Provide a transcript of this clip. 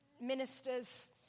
ministers